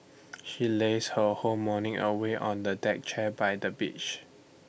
she lazed her whole morning away on A deck chair by the beach